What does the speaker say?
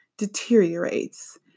deteriorates